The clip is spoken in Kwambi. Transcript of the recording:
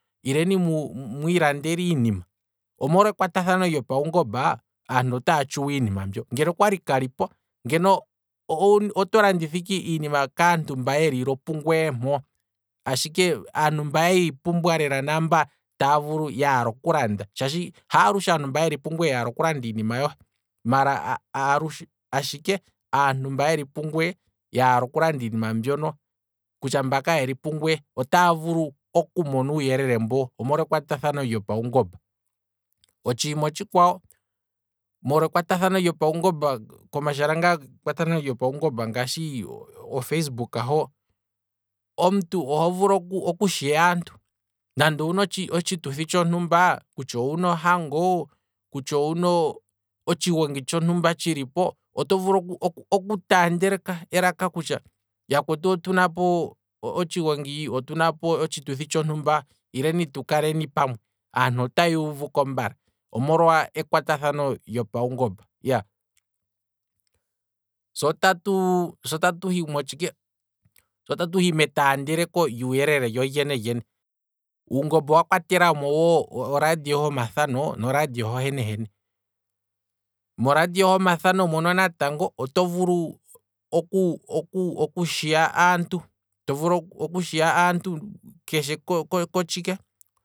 Ileni mwiilandele iinima, omolwa ekwata thano lyopaungomba, aantu otaa tshuwa iinima mbyo, ngeno okwali kalipo ngeno oto landitha ike iinima paantu mba yeli lo pungweye mpo, ashike aantu mba yeli pumbwa lela hayo taa landa shaashi haalushe aantu mba yeli pungweye taya vulu okulanda iinima yohe, maala ashike, alushe aantumba yeli pungweye yaala oku landa iinima mbyono kutya mba kayeli pungweye, otaa vulu okumona uuyelele mbo, omolwa ekwata thano lyopaungomba, otshiima otshikwawo molwa ekwatathano lyopaungomba ngaashi ofacebook ho, omuntu oho vulu oku- oku shiya aantu, nande owuna otshituthi tsho ntumba. kutya owuna ohango, kutya owuna otshigongi tshontumba tshi lipo, oto vulu oku taandeleka elaka nokutya, yakwetu otuna po otshigongi, otuna po otshituthi tsho ntumba, ileni tu kaleni pamwe, omolwa ekwatathano lyopaungomba, iyaa, se otatu hi motshike, se otatu hi metaandeleko lyuu yelele lyolyene lyene, uungomba owa kwatelamo oradio homa thano no radio ho hene hene, moradio homa thano natngo oto vulu oku- oku- oku shiya aantu, to vulu okushiya aantu ko- kotshike